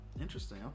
interesting